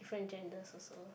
different genders also